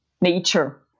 nature